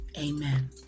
amen